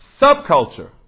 subculture